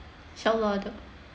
inshaallah tak